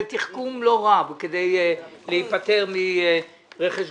זה תחכום לא רע, כדי להיפטר מרכש גומלין.